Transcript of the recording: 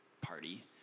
party